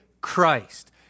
Christ